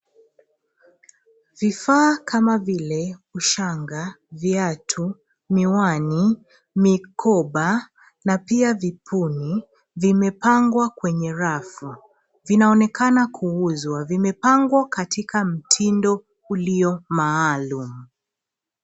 Vifaa kama vile ushanga, viatu, miwani, mikoba n4a pia vipuni, vimepangwa kwenye rafu. Vinaonekana kuuzwa. Vimepangwa katika mtindo ulio maalum.